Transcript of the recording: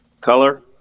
color